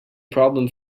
problem